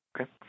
Okay